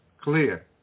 clear